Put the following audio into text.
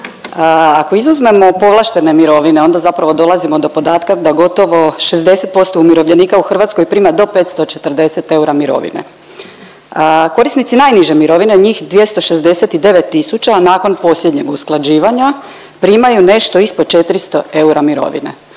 Ako izuzmemo povlaštene mirovine onda zapravo dolazimo do podatka da gotovo 60% umirovljenika u Hrvatskoj prima do 540 eura mirovine. Korisnici najniže mirovine, njih 269 tisuća nakon posljednjeg usklađivanja primaju nešto ispod 400 eura mirovine.